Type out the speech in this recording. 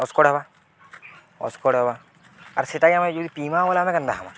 ଅସ୍କଡ଼ ହବା ଅସ୍କଡ଼ ହବା ଆର୍ ସେଟାି ଆମେ ଯଦି ପିମା ବେଲା ଆମେ କେନ୍ତା ହମା